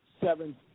seven